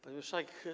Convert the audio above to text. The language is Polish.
Pani Marszałek!